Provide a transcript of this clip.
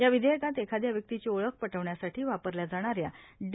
या विधेयकात एखाद्या व्यक्तीची ओळख पटवण्यासाठी वापरल्या जाणाऱ्या डी